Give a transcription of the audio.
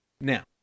Now